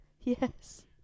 Yes